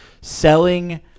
selling